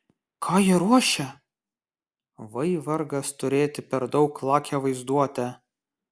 ką jie ruošia vai vargas turėti per daug lakią vaizduotę